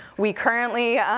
we currently,